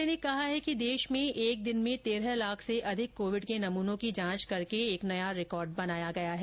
स्वास्थ्य मंत्रालय ने कहा है कि देश में एक दिन में तेरह लाख से अधिक कोविड के नमूनों की जांच करके एक नया रिकॉर्ड बनाया है